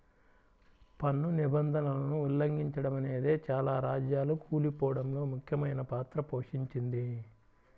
పన్ను నిబంధనలను ఉల్లంఘిచడమనేదే చాలా రాజ్యాలు కూలిపోడంలో ముఖ్యమైన పాత్ర పోషించింది